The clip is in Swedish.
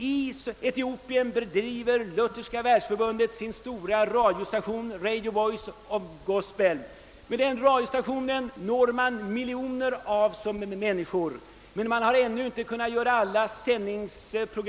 I Etiopien driver Lutherska världsförbundet sin stora radiostation, Radio Voice of Gospel. Med den radiostationen når man miljoner människor, men man kan ännu inte utnyttja all sändningstid.